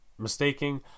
mistaking